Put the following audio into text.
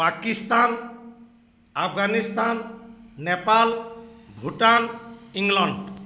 Pakistan Afghanistan Nepal Bhutan England